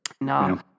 no